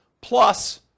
plus